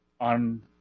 on